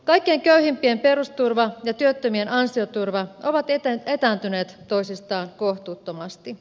kaikkein köyhimpien perusturva ja työttömien ansioturva ovat etääntyneet toisistaan kohtuuttomasti